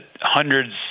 hundreds